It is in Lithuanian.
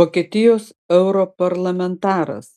vokietijos europarlamentaras